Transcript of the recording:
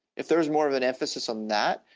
if there is more of an emphasis on that,